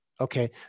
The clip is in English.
Okay